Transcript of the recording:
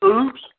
Oops